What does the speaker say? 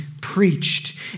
preached